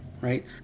right